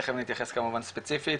תיכף נתייחס כמובן ספציפית,